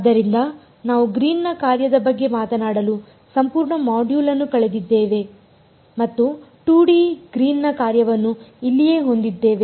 ಆದ್ದರಿಂದ ನಾವು ಗ್ರೀನ್ನ ಕಾರ್ಯದ ಬಗ್ಗೆ ಮಾತನಾಡಲು ಸಂಪೂರ್ಣ ಮಾಡ್ಯೂಲ್ ಅನ್ನು ಕಳೆದಿದ್ದೇವೆ ಮತ್ತು ನಾವು 2 ಡಿ ಗ್ರೀನ್ನ ಕಾರ್ಯವನ್ನು ಇಲ್ಲಿಯೇ ಹೊಂದಿದ್ದೇವೆ